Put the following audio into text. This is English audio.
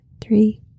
three